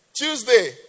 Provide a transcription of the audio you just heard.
Tuesday